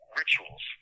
rituals